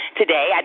today